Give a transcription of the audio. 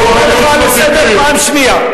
אני קורא אותך לסדר פעם שנייה.